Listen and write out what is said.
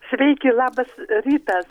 sveiki labas ryta